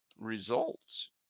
results